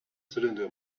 cylinder